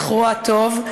זכרו הטוב,